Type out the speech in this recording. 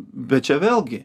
bet čia vėlgi